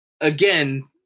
again